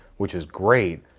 which is great,